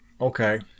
okay